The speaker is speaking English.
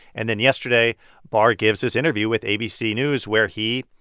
and then yesterday barr gives this interview with abc news where he,